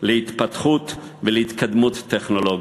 להתפתחות ולהתקדמות טכנולוגית.